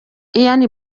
ian